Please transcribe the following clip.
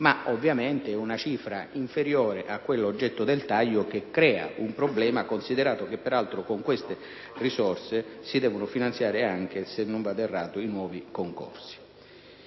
ma è una cifra inferiore a quella oggetto del taglio e crea un problema, visto che con queste risorse si devono finanziare anche, se non vado errato, i nuovi concorsi.